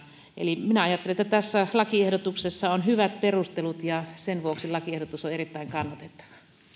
eli minä ajattelen että tässä lakiehdotuksessa on hyvät perustelut ja sen vuoksi lakiehdotus on erittäin kannatettava